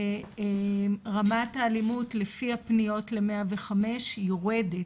רמת האלימות, לפי הפניות ל-105, יורדת,